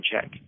check